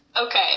Okay